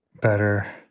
better